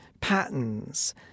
patterns